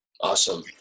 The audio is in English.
Awesome